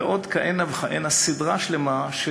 ועוד כהנה וכהנה, סדרה שלמה,